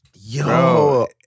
Yo